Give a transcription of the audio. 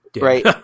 right